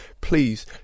please